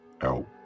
out